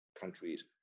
countries